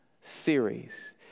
series